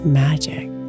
magic